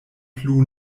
plu